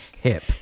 hip